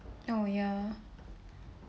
oh ya